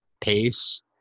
pace